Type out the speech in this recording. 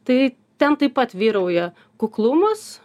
tai ten taip pat vyrauja kuklumas